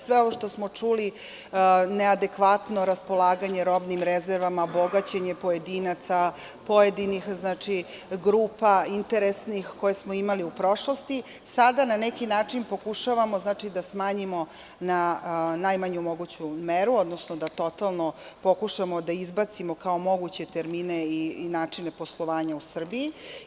Sve ovo što smo čuli: neadekvatno raspolaganje robnim rezervama, bogaćenje pojedinaca, pojedinih grupa interesnih koje smo imali u prošlosti, sada na neki način pokušavamo da smanjimo na najmanju moguću meru, odnosno da totalno pokušamo da izbacimo kao moguće termine i načine poslovanja u Srbiji.